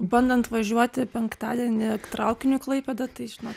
bandant važiuoti penktadienį traukiniu į klaipėdą tai žinok